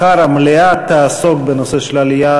מחר המליאה תעסוק בנושא של העלייה